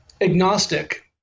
agnostic